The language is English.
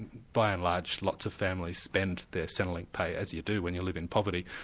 by and large, lots of families spend their centrelink pay, as you do when you live in poverty,